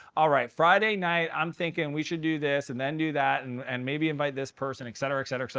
all right. friday night, i'm thinking we should do this, and then do that. and and maybe invite this person, et cetera, et cetera,